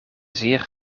zeer